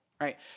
Right